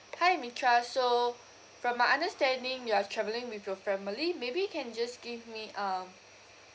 hi mithra so from my understanding you are travelling with your family maybe you can just give me um